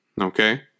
Okay